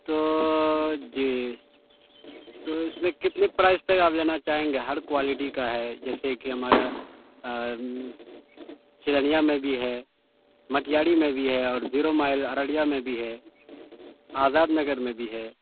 تو جی تو اس میں کتنے پرائز تک آپ لینا چاہیں گے ہر کوالٹی کا ہے جیسے کہ ہمارا چلنیا میں بھی ہے مٹیاری میں بھی ہے اور زیرو مائل ارڑیا میں بھی ہے آزاد نگر میں بھی ہے